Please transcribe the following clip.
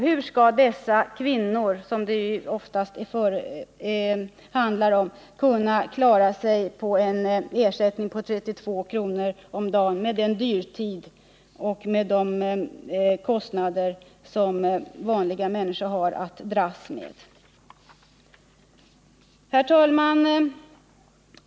Hur skall dessa kvinnor — som det ju oftast är fråga om — kunna klara sig på en ersättning på 32 kr. om dagen med de kostnader som vanliga människor har att dras med i denna dyrtid? Herr talman!